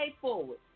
forward